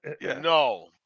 No